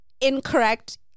incorrect